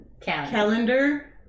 Calendar